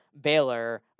Baylor